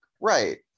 right